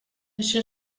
això